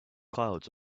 clouds